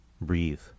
breathe